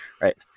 Right